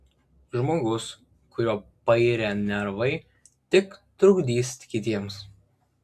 žmogus kurio pairę nervai tik trukdys kitiems